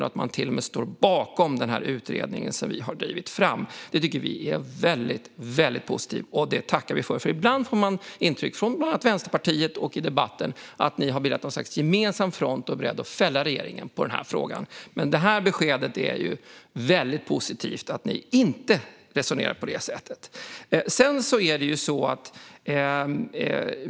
Man står till och med bakom den utredning som vi har drivit fram. Det tycker vi är väldigt positivt, och det tackar vi för. Ibland får man intrycket, från bland annat Vänsterpartiet och i debatten, att ni har bildat något slags gemensam front och är beredda att fälla regeringen i denna fråga. Men detta besked är väldigt positivt: Ni resonerar inte på det sättet.